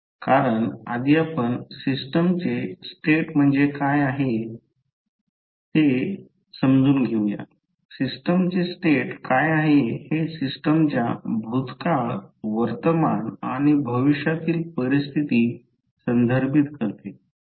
कारण आधी आपण सिस्टमचे स्टेट म्हणजे काय आहे ते हे समजून घेऊया सिस्टमचे स्टेट काय आहे हे सिस्टमच्या भूतकाळ वर्तमान आणि भविष्यातील परिस्थिती संदर्भित करते